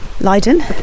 Leiden